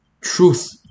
truth